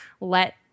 let